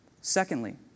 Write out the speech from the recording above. Secondly